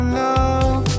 love